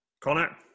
Connor